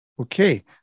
Okay